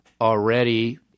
already